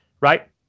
right